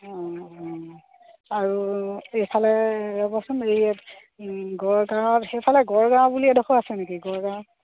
অঁ অঁ আৰু এইফালে ৰ'বচোন এই গড়গাঁৱত সেইফালে গড়গাঁও বুলি এডোখৰ আছে নেকি গড়গাঁৱত